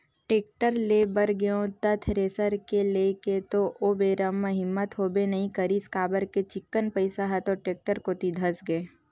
tractor ले बर गेंव त थेरेसर के लेय के तो ओ बेरा म हिम्मत होबे नइ करिस काबर के चिक्कन पइसा ह तो टेक्टर कोती धसगे